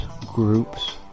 groups